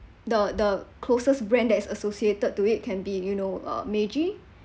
the the closest brand that is associated to it can be you know uh Meiji